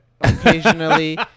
occasionally